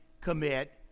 commit